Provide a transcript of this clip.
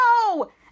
no